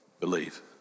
Believe